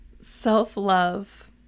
Self-love